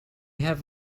have